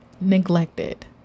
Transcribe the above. neglected